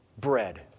bread